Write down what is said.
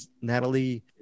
Natalie